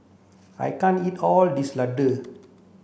I can't eat all this Ladoo